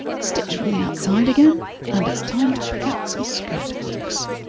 stitch from the outside again and it's time to pick out some skirt hooks.